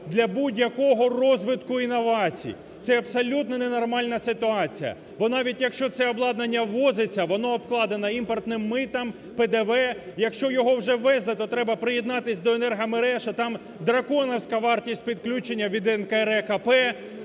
для будь-якого розвитку інновацій. Це абсолютно ненормальна ситуація, бо навіть якщо це обладнання ввозиться, воно обкладене імпортним митом, ПДВ. Якщо його вже ввезли, то треба приєднатися до енергомереж, а там драконівська вартість підключення від НКРЕКП.